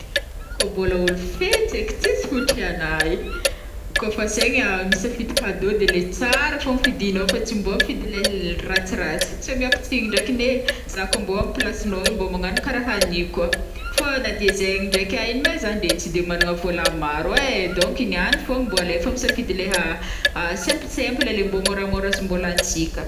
Kô mbôla olo fetsy aiky tsisy otri agnahy e, kô fa asaigna misafidy cadeaux de le tsara fogna fidinô fô tsy mbô fidy le ratsiratsy, tsy amiako tsigny ndraiky ane za kô mbô am plasinô igny mbô magnano karaha an'io koa, fô na de zegny ndraiky a igny mai zegny tsy de magnana vôla maro ai, donc niagny fogna mbô alefa misafidy leha simp-simple le mbô moramora sy mbô lanintsika.